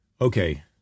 Okay